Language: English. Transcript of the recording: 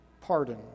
pardon